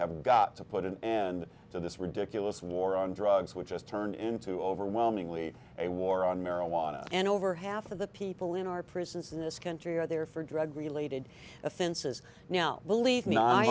have got to put an end to this ridiculous war on drugs which has turned into overwhelmingly a war on marijuana and over half of the people in our prisons in this country are there for drug related offenses now believe